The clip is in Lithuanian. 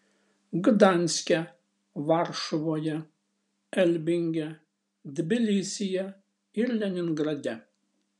gdanske varšuvoje elbinge tbilisyje ir leningrade